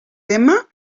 tema